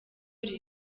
riba